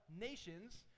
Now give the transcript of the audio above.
nations